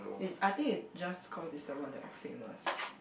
is I think is just cause is the one that got famous